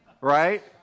right